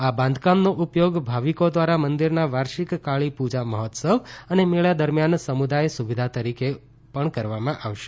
આ બાંધકામનો ઉપયોગ ભાવિકો દ્વારા મંદિરના વાર્ષિક કાળી પૂજા મહોત્સવ અને મેળા દરમિયાન સમુદાય સુવિધા તરીકે પણ કરવામાં આવશે